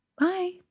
bye